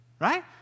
Right